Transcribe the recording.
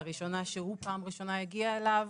לראשונה, הוא פעם ראשונה הגיע אליו?